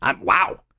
Wow